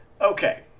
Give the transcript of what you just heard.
Okay